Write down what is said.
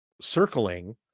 circling